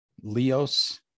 Leos